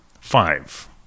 Five